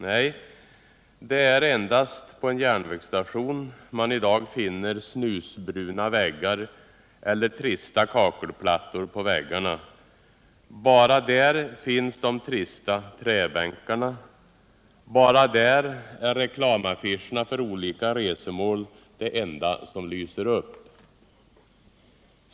Nej, det är endast på en järnvägsstation man i dag finner snusbruna väggar eller trista kakelplattor på väggarna. Bara där finns de trista träbänkarna. Bara där är reklamaffischerna för olika resmål det enda som lyser upp.